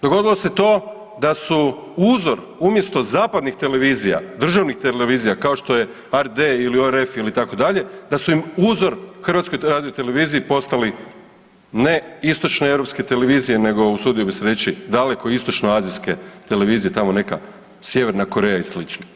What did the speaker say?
Dogodilo se to da su uzor umjesto zapadnih televizija, državnih televizija kao što je ARD ili URF ili itd., da su im uzor HRT-u postali ne istočne europske televizije nego usudio bi se reći daleko istočno azijske televizije, tamo neka Sjeverna Koreja i slično.